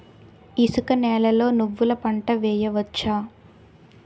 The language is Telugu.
ఇసుక నేలలో నువ్వుల పంట వేయవచ్చా?